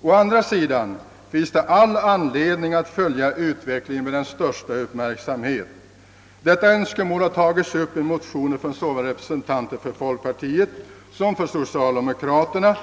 Å andra sidan finns det all anledning att följa utvecklingen med den största uppmärksamhet. Detta önskemål har tagits upp i motioner från såväl representanter för folkpartiet som för socialdemokraterna.